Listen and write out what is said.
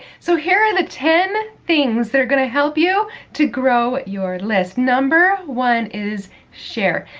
so, here are the ten things that are gonna help you to grow your list. number one is share.